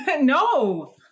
no